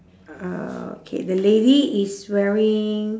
uh okay the lady is wearing